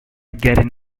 getting